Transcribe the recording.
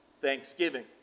thanksgiving